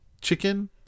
Chicken